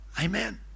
Amen